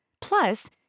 Plus